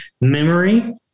memory